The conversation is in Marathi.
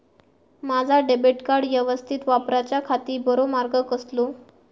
माजा डेबिट कार्ड यवस्तीत वापराच्याखाती बरो मार्ग कसलो?